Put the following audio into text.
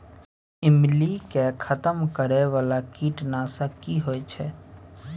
ईमली के खतम करैय बाला कीट नासक की होय छै?